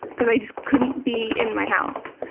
because i just couldn't be in my house.